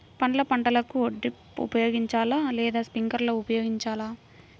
పండ్ల పంటలకు డ్రిప్ ఉపయోగించాలా లేదా స్ప్రింక్లర్ ఉపయోగించాలా?